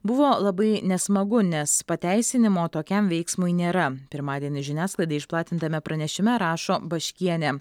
buvo labai nesmagu nes pateisinimo tokiam veiksmui nėra pirmadienį žiniasklaidai išplatintame pranešime rašo baškienė